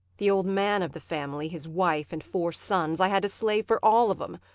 the old man of the family, his wife, and four sons i had to slave for all of em.